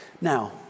Now